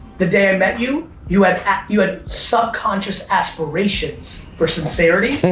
the day i met you, you had you had subconscious aspirations for sincerity,